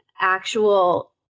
actual